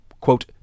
quote